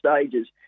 stages